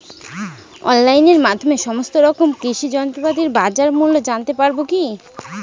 অনলাইনের মাধ্যমে সমস্ত রকম কৃষি যন্ত্রপাতির বাজার মূল্য জানতে পারবো কি?